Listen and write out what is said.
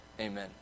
Amen